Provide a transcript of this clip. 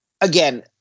again